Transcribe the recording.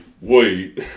wait